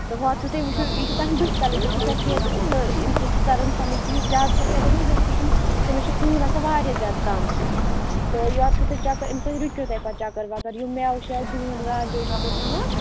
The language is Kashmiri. تہٕ وارٕ چھُ تۅہہِ وُچھُن یہِ چھُ تٔہٕنٛدی تَلہٕ تُہۍ چھِ سَفیٖد تہٕ اَمہِ سۭتۍ چھُ تَرَن سَمٕج کہِ یُس زیادٕ سفیٖد ہن سُہ چھُ تمِٔس چھُ خوٗن آسان واریاہ زیادٕ کَم تہٕ یوٚرٕ چھُ تۄہہِ چَکر امہِ سۭتۍ رُکِو تۄہہِ پتہٕ چکر وَکر یِم میٚوٕ شَوٕ دٲن گازرِ ٲسِو تُہۍ کھیٚوان